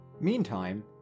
Meantime